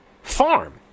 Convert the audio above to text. farm